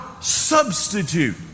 substitute